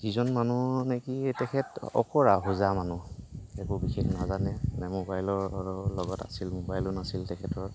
যিজন মানুহ মানে কি তেখেত অকৰা হোজা মানুহ একো বিশেষ নাজানে মানে মোবাইলৰ লগত আছিল মোবাইলো নাছিল তেখেতৰ